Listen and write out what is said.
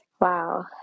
Wow